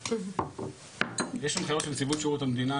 צריך לבדוק בנציבות שירות המדינה.